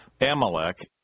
Amalek